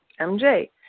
MJ